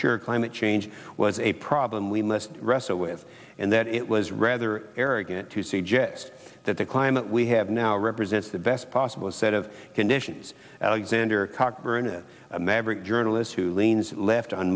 sure climate change was a problem we must wrestle with and that it was rather arrogant to suggest that the climate we have now represents the best possible set of conditions alexander cockburn is a maverick journalist who leans left on